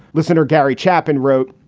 listener gary chapman wrote,